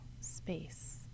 space